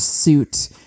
suit